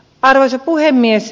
arvoisa puhemies